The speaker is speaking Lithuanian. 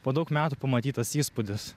po daug metų pamatytas įspūdis